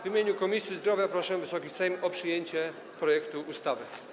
W imieniu Komisji Zdrowia proszę Wysoki Sejm o przyjęcie projektu ustawy.